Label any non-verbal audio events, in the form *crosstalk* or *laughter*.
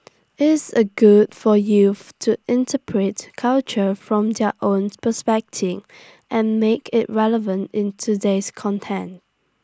IT is A good for youth to interpret culture from their own *unintelligible* and make IT relevant in today's content